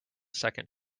second